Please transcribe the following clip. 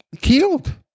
killed